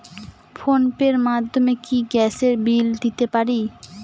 Phone pay র মাধ্যমে কি গ্যাসের বিল দিতে পারি?